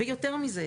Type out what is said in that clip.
יתרה מזאת,